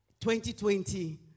2020